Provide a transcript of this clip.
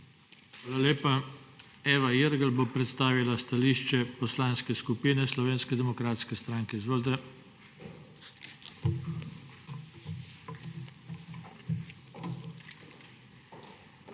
Hvala lepa. Eva Irgl bo predstavila stališče Poslanske skupine Slovenske demokratske stranke. Izvolite. **EVA IRGL